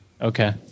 Okay